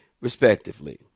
respectively